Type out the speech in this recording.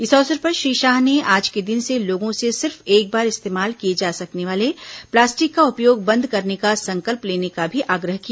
इस अवसर पर श्री शाह ने आज के दिन से लोगों से सिर्फ एक बार इस्तेमाल किये जा सकने वाले प्लास्टिक का उपयोग बंद करने का संकल्प लेने का भी आग्रह किया